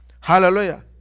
Hallelujah